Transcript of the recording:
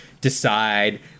decide